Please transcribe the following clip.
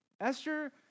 Esther